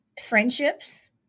friendships